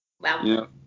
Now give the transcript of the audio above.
Wow